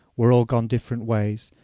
were all gone different ways,